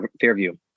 Fairview